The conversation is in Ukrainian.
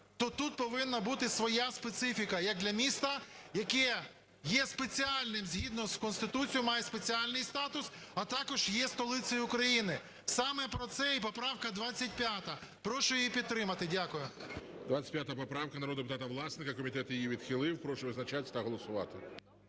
то тут повинна бути своя специфіка як для міста, яке є спеціальним, згідно з Конституцією має спеціальний статус, а також є столицею України. Саме про це і поправка 25. Прошу її підтримати. Дякую. ГОЛОВУЮЧИЙ. 25 поправка народного депутата Власенка. Комітет її відхилив. Прошу визначатись та голосувати.